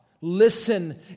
listen